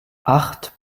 acht